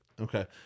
okay